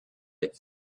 that